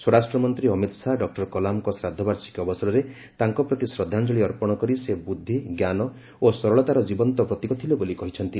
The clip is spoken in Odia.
ସ୍ୱରାଷ୍ଟ୍ର ମନ୍ତ୍ରୀ ଅମିତ ଶାହା ଡକ୍ଟର କଲାମଙ୍କ ଶ୍ରାଦ୍ଧବାର୍ଷିକୀ ଅବସରରେ ତାଙ୍କ ପ୍ରତି ଶ୍ରଦ୍ଧାଞ୍ଜଳୀ ଅର୍ପଣ କରି ସେ ବୁଦ୍ଧି ଞ୍ଜାନ ଓ ସରଳତାର ଜୀବନ୍ତ ପ୍ରତୀକ ଥିଲେ ବୋଲି କହିଛନ୍ତି